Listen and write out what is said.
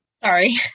Sorry